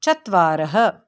चत्वारः